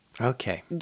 Okay